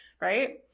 right